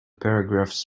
paragraphs